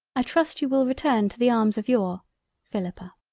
i trust you will return to the arms of your philippa.